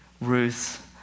Ruth